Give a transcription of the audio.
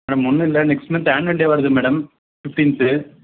madam ஒன்றுமில்ல next month annual day வருது madam fifteenth